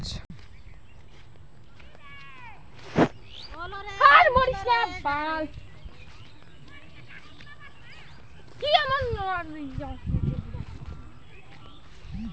পরাগায়ন ব্যবস্থা মানে হচ্ছে হর্টিকালচারাল প্র্যাকটিসের যেটা ফসলের পরাগায়ন বাড়ায়